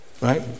Right